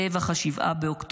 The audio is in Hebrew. טבח 7 באוקטובר,